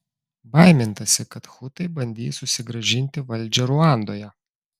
baimintasi kad hutai bandys susigrąžinti valdžią ruandoje